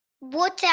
Water